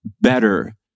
better